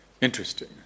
interesting